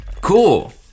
cool